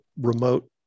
remote